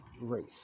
race